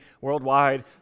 worldwide